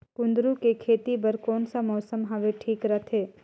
कुंदूरु के खेती बर कौन सा मौसम हवे ठीक रथे?